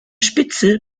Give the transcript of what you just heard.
spitze